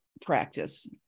practice